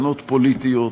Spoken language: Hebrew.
טענות פוליטיות,